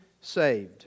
saved